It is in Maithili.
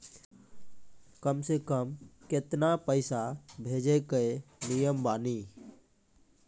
कम से कम केतना पैसा भेजै के नियम बानी?